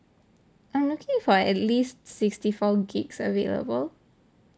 I'm looking for at least sixty four gigs available